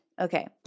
Okay